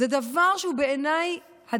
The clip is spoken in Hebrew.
זה דבר שהוא הדבק